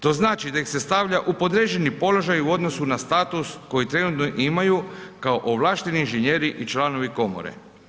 To znači da ih se stavlja u podređeni položaj u odnosu na status koji trenutno imaju kao ovlašteni inženjeri i članovi komore.